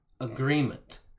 agreement